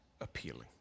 appealing